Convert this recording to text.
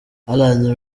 alan